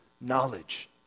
knowledge